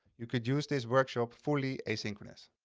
you could use this workshop fully asynchronous.